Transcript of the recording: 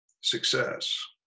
success